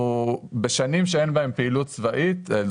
בשנים שאין בהן פעילות צבאית משמעותית,